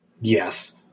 Yes